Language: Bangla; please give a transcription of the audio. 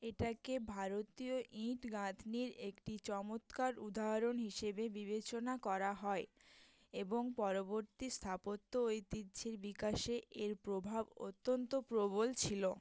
এটাকে ভারতীয় ইট গাঁথনির একটি চমৎকার উদাহরণ হিসেবে বিবেচনা করা হয় এবং পরবর্তী স্থাপত্য ঐতিহ্যের বিকাশে এর প্রভাব অত্যন্ত প্রবল ছিল